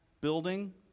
building